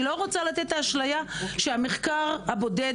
אני לא רוצה לתת אשליה שהמחקר הבודד,